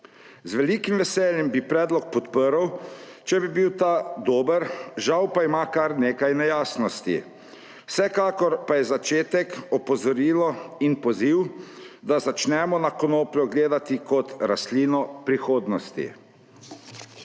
Z velikim veseljem bi predlog podprl, če bi bil ta dober, žal pa ima kar nekaj nejasnosti. Vsekakor pa je začetek, opozorilo in poziv, da začnemo na konopljo gledati kot na rastlino prihodnosti.